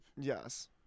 Yes